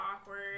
awkward